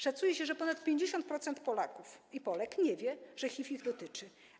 Szacuje się, że ponad 50% Polaków i Polek nie wie, że HIV ich dotyczy.